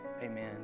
Amen